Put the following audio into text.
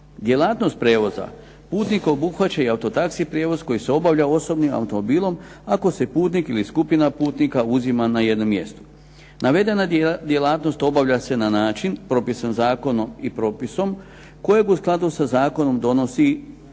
Djelatnost prijevoza putnika obuhvaća i auto taxi prijevoz koji se obavlja osobnim automobilom ako se putnik ili skupina putnika uzima na jednom mjestu. Navedena djelatnost obavlja se na način propisan zakonom i propisom kojeg u skladu sa zakonom donosi